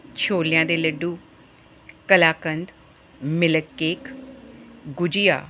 ਛੋਲਿਆਂ ਦੇ laddu kalakand milk cake gujiya